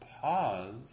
pause